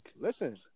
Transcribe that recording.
Listen